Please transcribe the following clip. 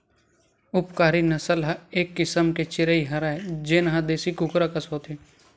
उपकारी नसल ह एक किसम के चिरई हरय जेन ह देसी कुकरा कस होथे